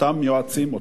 אותם יועצים,